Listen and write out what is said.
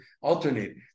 alternate